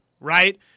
right